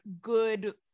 good